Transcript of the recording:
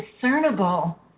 discernible